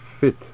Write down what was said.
fit